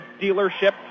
dealership